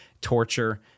torture